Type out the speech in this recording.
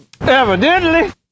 Evidently